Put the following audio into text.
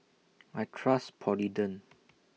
I Trust Polident